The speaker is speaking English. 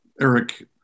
Eric